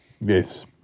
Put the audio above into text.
Yes